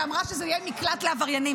שאמרה שזה יהיה מקלט לעבריינים.